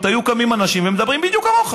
היו קמים אנשים ומדברים בדיוק כמוך